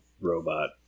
robot